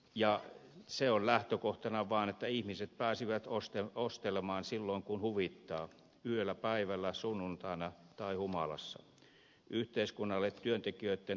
vain se on lähtökohtana että ihmiset pääsevät ostelemaan silloin kuin huvittaa yöllä päivällä sunnuntaina tai humalassa